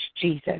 Jesus